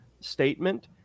statement